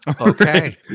okay